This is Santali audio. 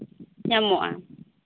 ᱧᱟᱢᱚᱜᱼᱟ